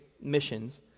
missions